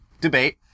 debate